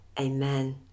Amen